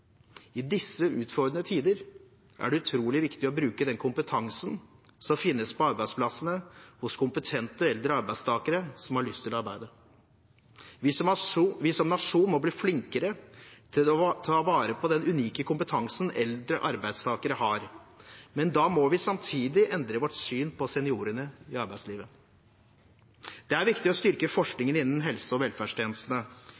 I disse utfordrende tider er det utrolig viktig å bruke den kompetansen som finnes på arbeidsplassene hos kompetente eldre arbeidstakere som har lyst til å arbeide. Vi som nasjon må bli flinkere til å ta vare på den unike kompetansen eldre arbeidstakere har, men da må vi samtidig endre vårt syn på seniorene i arbeidslivet. Det er viktig å styrke forskningen innen helse- og velferdstjenestene